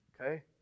okay